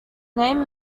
name